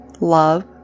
love